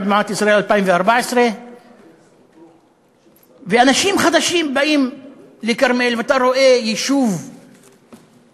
עוד מעט ישראל 2014. אנשים חדשים באים לכרמיאל ואתה רואה יישוב מתקדם,